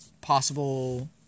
possible